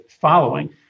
following